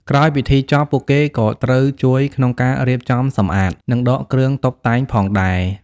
ក្រោយពិធីចប់ ពួកគេក៏ត្រូវជួយក្នុងការរៀបចំសម្អាត និងដកគ្រឿងតុបតែងផងដែរ។